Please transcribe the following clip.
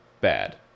bad